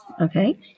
Okay